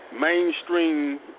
Mainstream